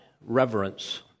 reverence